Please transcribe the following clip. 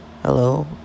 Hello